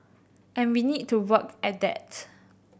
and we need to work at that